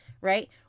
right